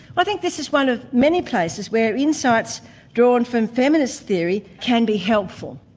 i think this is one of many places were insights drawn from feminist theory can be helpful.